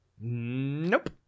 Nope